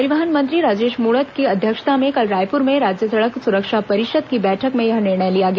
परिवहन मंत्री राजेश मूणत की अध्यक्षता में कल रायपूर में राज्य सड़क सुरक्षा परिषद की बैठक में यह निर्णय लिया गया